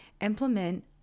implement